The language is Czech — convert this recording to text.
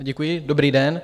Děkuji, dobrý den.